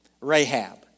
Rahab